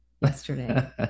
yesterday